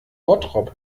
bottrop